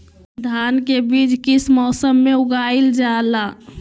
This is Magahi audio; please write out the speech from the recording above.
धान के बीज किस मौसम में उगाईल जाला?